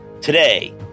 Today